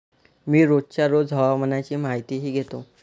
मी रोजच्या रोज हवामानाची माहितीही घेतो